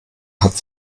hat